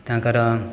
ତାଙ୍କର